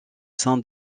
sein